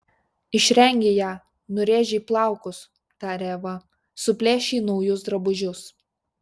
išrengei ją nurėžei plaukus tarė eva suplėšei naujus drabužius